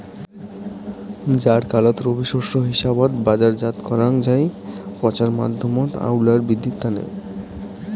জ্বারকালত রবি শস্য হিসাবত বাজারজাত করাং যাই পচার মাধ্যমত আউয়াল বিদ্ধির তানে